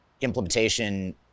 implementation